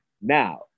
Now